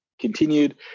continued